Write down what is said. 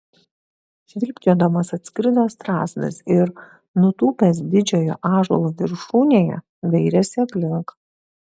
švilpčiodamas atskrido strazdas ir nutūpęs didžiojo ąžuolo viršūnėje dairėsi aplink